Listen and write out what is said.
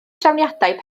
trefniadau